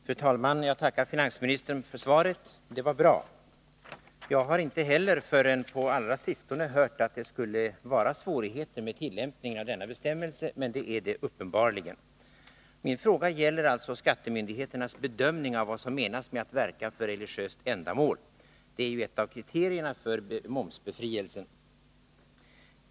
Fru talman! Jag tackar finansministern för svaret. Det var bra. Inte heller jag har förrän på den allra senaste tiden hört att det skulle vara svårigheter med tillämpningen av denna bestämmelse, men så är det uppenbarligen. Min fråga gäller skattemyndigheternas bedömning av vad som menas med att ”verka för religöst ändamål”. Detta är ett av kriterierna för momsbefrielse.